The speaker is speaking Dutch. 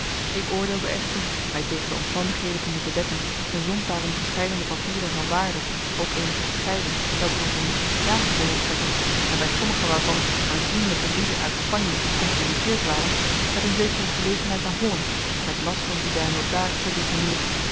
ik oordeelde echter mij tegen de omstandigheden te moeten dekken en zond daarom verscheidene papieren van waarde ook eenige bescheiden welke tot mijn justificatie konden strekken en bij sommige waarvan aanzienlijke lieden uit spanje gecompromitteerd waren met een zekere gelegenheid naar holland met last om die bij een notaris te deponeeren